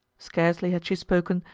scarcely had she spoken,